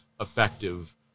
effective